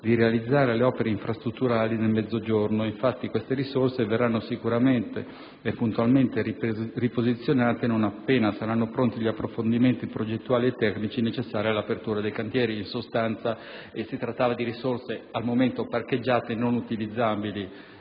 di realizzare opere infrastrutturali nel Mezzogiorno. Tali risorse, infatti, verranno sicuramente e puntualmente riposizionate non appena saranno pronti gli approfondimenti progettuali e tecnici necessari per l'apertura dei cantieri. In sostanza, si trattava di risorse al momento parcheggiate e non immediatamente